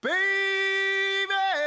Baby